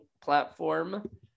platform